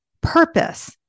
purpose